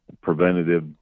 preventative